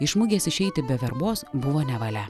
iš mugės išeiti be verbos buvo nevalia